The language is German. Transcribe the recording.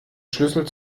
schlüssel